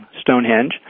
Stonehenge